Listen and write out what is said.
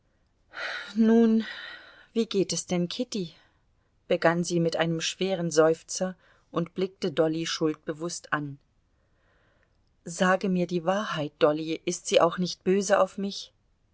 nun wie geht es denn kitty begann sie mit einem schweren seufzer und blickte dolly schuldbewußt an sage mir die wahrheit dolly ist sie auch nicht böse auf mich